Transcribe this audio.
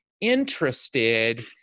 interested